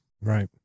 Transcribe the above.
Right